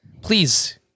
please